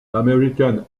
american